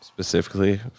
specifically